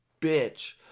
bitch